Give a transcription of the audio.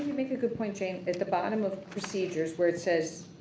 a good point jane at the bottom of procedures where it says,